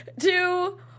Two